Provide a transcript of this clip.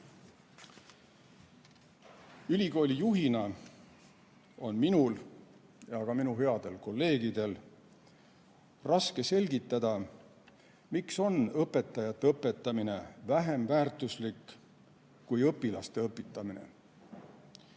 Ülikoolijuhina on minul ja ka minu headel kolleegidel raske selgitada, miks on õpetajate õpetamine vähem väärtuslik kui õpilaste õpetamine,